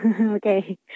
Okay